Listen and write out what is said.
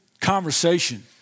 conversation